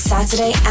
Saturday